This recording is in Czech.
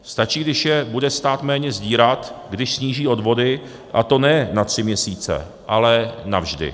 Stačí, když je bude stát méně sdírat, když sníží odvody, a to ne na tři měsíce, ale navždy.